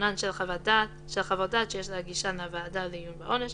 חסרונן של חוות דעת שיש להגישן לוועדה לעיון בעונש,